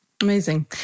Amazing